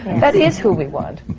that is who we want.